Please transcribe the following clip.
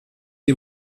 die